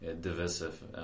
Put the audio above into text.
divisive